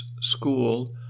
School